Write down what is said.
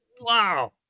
wow